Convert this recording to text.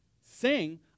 Sing